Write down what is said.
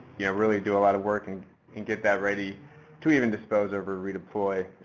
you know, really do a lot of work and and get that ready to even dispose of or redeploy.